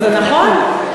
זה נכון,